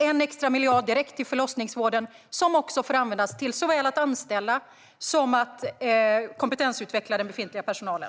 En extra miljard går direkt till förlossningsvården, och den får användas såväl till att anställa som till att kompetensutveckla den befintliga personalen.